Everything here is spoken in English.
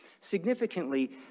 Significantly